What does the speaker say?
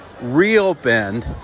reopened